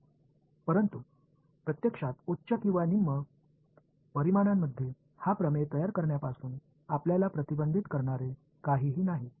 ஆனால் உண்மையில் இந்த தேற்றத்தை அதிக அல்லது குறைந்த பரிமாணங்களில் உருவாக்குவதிலிருந்து உங்களைத் தடுக்க எதுவும் இல்லை